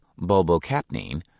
bulbocapnine